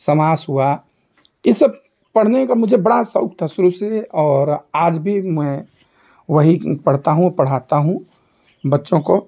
समास हुआ ये सब पढ़ने का मुझे बड़ा शौक था शुरू से और आज भी मैं वहीं पढ़ता हूँ पढ़ता हूँ बच्चों को